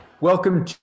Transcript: Welcome